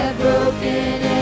broken